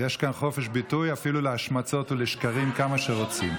יש כאן חופש ביטוי אפילו להשמצות ולשקרים כמה שרוצים.